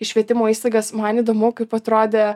į švietimo įstaigas man įdomu kaip atrodė